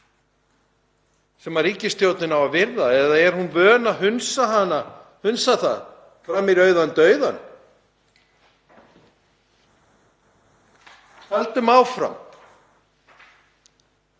sem ríkisstjórnin á að virða eða er hún vön að hunsa það fram í rauðan dauðann? Höldum áfram